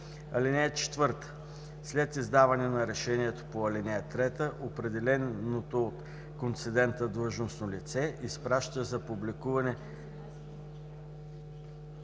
(4) След издаване на решението по ал. 3 определеното от концедента длъжностно лице изпраща за публикуване